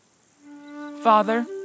Father